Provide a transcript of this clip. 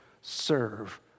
serve